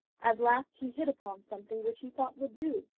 at last he hit upon something which he thought would do,